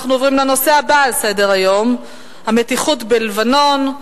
אנחנו עוברים לנושא הבא על סדר-היום: המתיחות בלבנון,